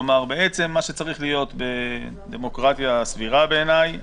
למעשה מה שצריך להיות בדמוקרטיה סבירה בעיניי,